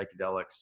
psychedelics